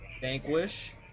Vanquish